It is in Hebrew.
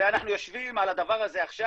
ואנחנו יושבים על הדבר הזה עכשיו.